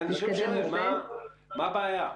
מה הבעיה?